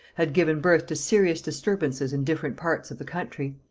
had given birth to serious disturbances in different parts of the country.